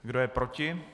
Kdo je proti?